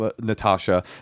Natasha